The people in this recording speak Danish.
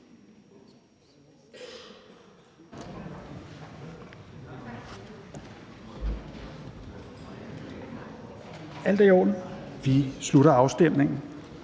stemmes. Vi slutter afstemningen.